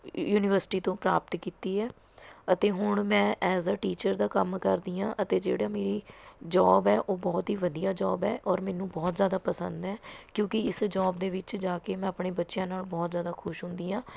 university ਤੋਂ ਪ੍ਰਾਪਤ ਕੀਤੀ ਹੈ ਅਤੇ ਹੁਣ ਮੈਂ ਐਜ਼ ਆ ਟੀਚਰ ਦਾ ਕੰਮ ਕਰਦੀ ਹਾਂ ਅਤੇ ਜਿਹੜਾ ਮੇਰੀ ਜੌਬ ਹੈ ਉਹ ਬਹੁਤ ਹੀ ਵਧੀਆ ਜੌਬ ਹੈ ਔਰ ਮੈਨੂੰ ਬਹੁਤ ਜ਼ਿਆਦਾ ਪਸੰਦ ਹੈ ਕਿਉਂਕਿ ਇਸ ਜੌਬ ਦੇ ਵਿੱਚ ਜਾ ਕੇ ਮੈਂ ਆਪਣੇ ਬੱਚਿਆਂ ਨਾਲ ਬਹੁਤ ਜ਼ਿਆਦਾ ਖੁਸ਼ ਹੁੰਦੀ ਹਾਂ